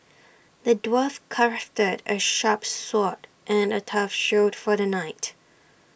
the dwarf crafted A sharp sword and A tough shield for the knight